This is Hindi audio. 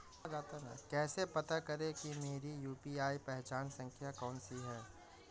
कैसे पता करें कि मेरी यू.पी.आई पहचान संख्या कौनसी है?